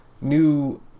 new